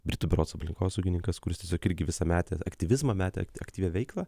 britų berods aplinkosaugininkas kuris tiesiog irgi visa metęs aktyvizmą metė aktyvią veiklą